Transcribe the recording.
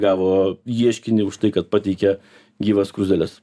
gavo ieškinį už tai kad pateikė gyvas skruzdėles